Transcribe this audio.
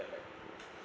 like like